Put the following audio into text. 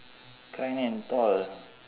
kind and tall ah